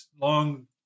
long